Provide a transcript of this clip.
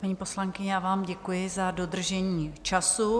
Paní poslankyně, já vám děkuji za dodržení času.